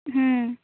ᱦᱩᱸ